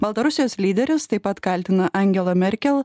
baltarusijos lyderis taip pat kaltina angelą merkel